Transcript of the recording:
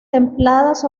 templadas